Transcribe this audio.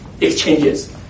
exchanges